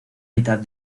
mitad